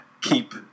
keep